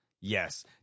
Yes